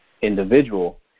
individual